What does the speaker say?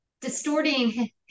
distorting